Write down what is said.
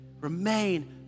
Remain